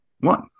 one